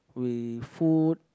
with food